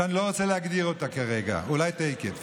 שאני לא רוצה להגדיר אותה כרגע, אולי תכף.